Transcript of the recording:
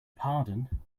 pardon